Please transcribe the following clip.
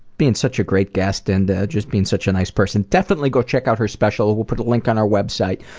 being such a great guest and ah, just being such a nice person. definitely go check out her special. we'll we'll put a link on our website,